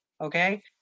Okay